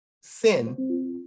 sin